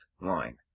line